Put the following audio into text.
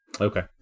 okay